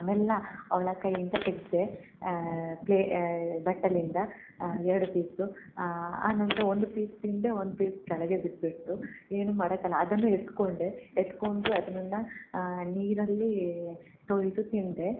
ಮೆಲ್ಲ ಅವಳ ಕೈಯಿಂದ ತೆಗ್ದೆ ಪ್ಲೆ ಬಟ್ಟಲಿಂದ ಎರಡು ಪೀಸು ಆನಂತರ ಒಂದು ಪೀಸ್ ತಿಂದೆ ಒಂದು ಪೀಸ್ ಕೆಳಗೆ ಬಿದ್ಬಿಡ್ತು ಏನು ಮಾಡಕ್ಕೆ ಅಲ್ಲಾ ಅದನ್ನು ಎತ್ಕೊಂಡೆ ಎತ್ಕೊಂಡು ಅದನನ್ನ ನೀರಲ್ಲಿ ತೊಳ್ದು ತಿಂದೆ